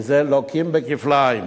וזה, לוקים בכפליים.